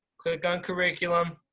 click on curriculum.